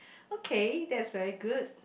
okay that's very good